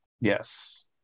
Yes